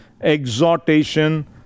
exhortation